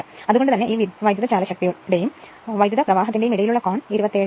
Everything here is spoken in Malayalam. അതുകൊണ്ട് തന്നെ ഈ വിദ്യുതചാലകശക്തിയുടെയും വൈദ്യുതപ്രവാഹത്തിന്റെയും ഇടയിൽ ഉള്ള കോൺ എന്ന് ഉള്ളത് 27